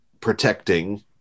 protecting